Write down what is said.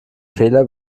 fehler